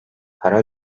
para